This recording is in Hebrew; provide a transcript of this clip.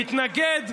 להתנגד,